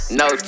no